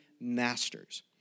masters